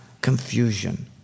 confusion